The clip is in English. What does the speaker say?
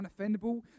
unoffendable